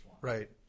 Right